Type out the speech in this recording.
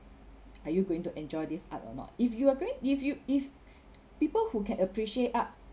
are you going to enjoy this art or not if you are going if you if people who can appreciate art